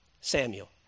Samuel